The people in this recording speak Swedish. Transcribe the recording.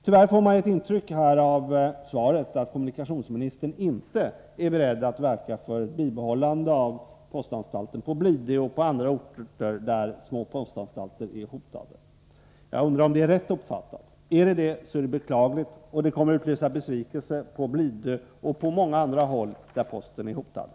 Tyvärr får man ett intryck av svaret att kommunikationsministern inte är beredd att verka för ett bibehållande av postanstalten på Blidö och på andra orter där små postanstalter är hotade. Jag undrar om det är rätt uppfattat. Om det är så är det beklagligt och kommer att utlösa besvikelse på Blidö och på många andra håll där posten är hotad.